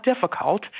difficult